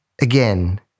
Again